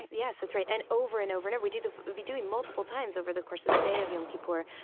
yes, that's right, and over and over and over. we do the vidduimultiple times over the course of the day of yom kippur.